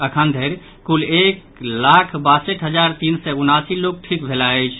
अखन धरि कुल एक लाख बासठि हजार तीन सय उनासी लोक ठीक भेल छथि